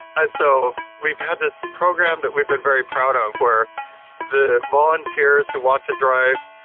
and so we've had this program that we've been very proud of where the volunteers who want to drive,